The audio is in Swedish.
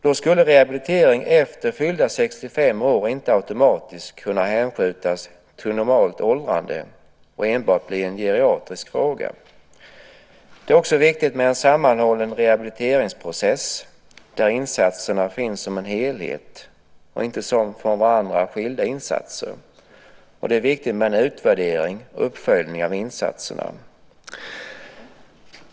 Då skulle rehabilitering efter fyllda 65 år inte automatiskt kunna hänskjutas till normalt åldrande och enbart bli en geriatrisk fråga. Det är också viktigt med en sammanhållen rehabiliteringsprocess, där insatserna finns som en helhet och inte som från varandra skilda insatser. Det är viktigt med en utvärdering och uppföljning av insatserna.